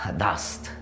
dust